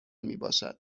میباشد